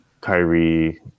Kyrie